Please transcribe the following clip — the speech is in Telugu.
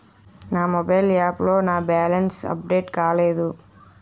నా మొబైల్ యాప్ లో నా బ్యాలెన్స్ అప్డేట్ కాలేదు